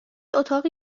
اتاقی